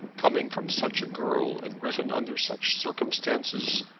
coming from such a girl and written under such circumstances,